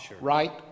right